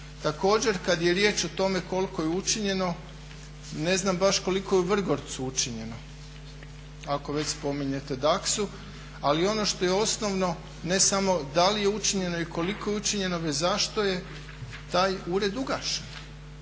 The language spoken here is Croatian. Također kada je riječ o tome koliko je učinjeno, ne znam baš koliko je u Vrgorcu učinjeno ako već spominjete Daksu, ali ono što je osnovno ne samo da li je učinjeno i koliko je učinjeno već zašto je taj ured ugašen.